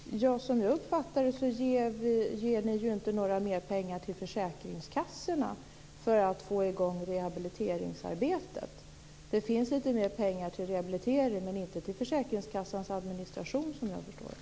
Fru talman! Som jag uppfattar det ger ni inte mer pengar till försäkringskassorna för att få i gång rehabiliteringsarbetet. Det anvisas lite mer pengar till rehabilitering men såvitt jag förstår inte till försäkringskassornas administration.